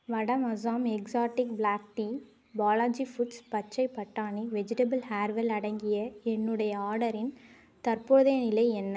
வடம் Assam exotic black tea Balaji foods பச்சைப் பட்டாணி வெஜிடபுள் ஹேர் வெல் அடங்கிய என்னுடைய ஆர்டரின் தற்போதைய நிலை என்ன